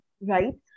right